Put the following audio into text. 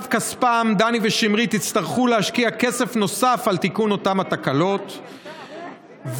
דני ושמרית הם זוג צעיר שהחליט להשקיע את מיטב כספם בשיפוץ הדירה שלהם,